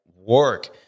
work